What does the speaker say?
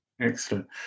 Excellent